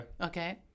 Okay